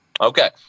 okay